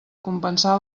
compensar